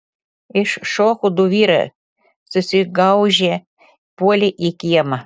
iššoko du vyrai susigaužę puolė į kiemą